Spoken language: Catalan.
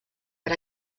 per